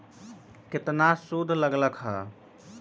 केतना सूद लग लक ह?